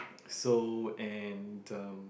so and um